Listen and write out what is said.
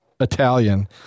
Italian